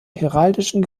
heraldischen